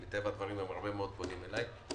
מטבע הדברים הם פונים אליי הרבה מאוד.